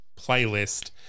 playlist